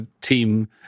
team